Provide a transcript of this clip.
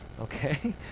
okay